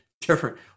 different